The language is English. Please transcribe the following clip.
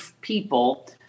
people